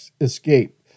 escape